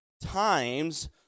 times